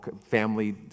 family